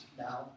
now